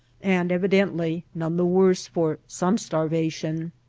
and evidently none the worse for some starvation.